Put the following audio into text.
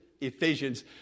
Ephesians